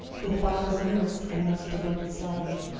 with baba's newest and most devoted slave.